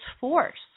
force